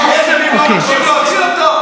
האחים המוסלמים לא מרשים להוציא אותו?